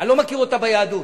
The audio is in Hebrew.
אני לא מכיר אותה ביהדות,